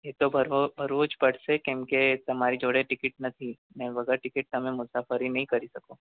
એ તો ભરવો ભરવો જ પડશે કેમ કે તમારી જોડે ટિકિટ નથી ને વગર ટિકિટ તમે મુસાફરી નહીં કરી શકો